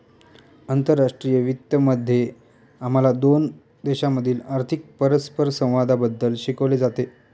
आंतरराष्ट्रीय वित्त मध्ये आम्हाला दोन देशांमधील आर्थिक परस्परसंवादाबद्दल शिकवले जाते